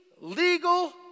legal